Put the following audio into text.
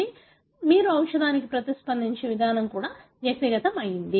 అందువల్ల మీరు ఔషధానికి ప్రతిస్పందించే విధానం కూడా వ్యక్తిగతమైనది